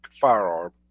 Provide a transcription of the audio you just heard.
firearm